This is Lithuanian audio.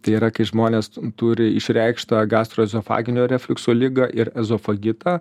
tai yra kai žmonės turi išreikštą gastroezofaginio refliukso ligą ir ezofagitą